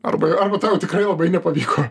arba arba tau tikrai labai nepavyko